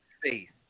Faith